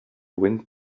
wind